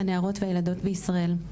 הנערות והילדות בישראל,